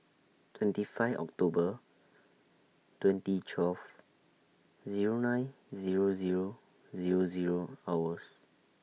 twenty five October twenty twelve Zero nine Zero Zero Zero Zero hours